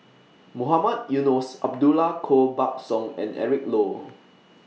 Mohamed Eunos Abdullah Koh Buck Song and Eric Low